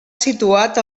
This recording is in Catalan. situat